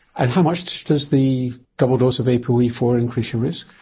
and how much does the double dose of a p o e four increase your risk?